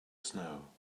snow